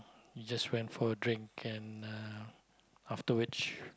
we just went for a drink and uh after which